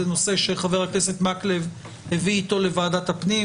זה נושא שחבר הכנסת מקלב הביא איתו לוועדת הפנים,